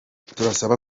turabasaba